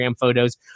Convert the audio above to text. photos